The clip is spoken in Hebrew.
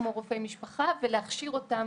כמו רופאי משפחה ולהכשיר אותם